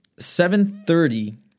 7.30